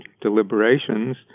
deliberations